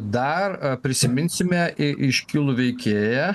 dar prisiminsime iškilų veikėją